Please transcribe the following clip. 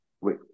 Wait